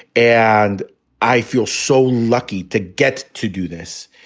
and i feel so lucky to get to do this.